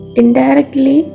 indirectly